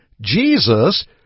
Jesus